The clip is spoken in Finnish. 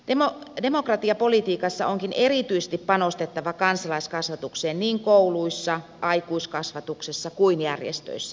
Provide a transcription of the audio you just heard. demokratiapolitiikassa onkin erityisesti panostettava kansalaiskasvatukseen niin kouluissa aikuiskasvatuksessa kuin järjestöissäkin